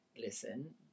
listen